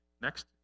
next